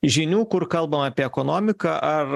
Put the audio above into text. žinių kur kalbam apie ekonomiką ar